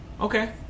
okay